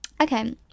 Okay